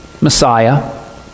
Messiah